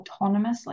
autonomously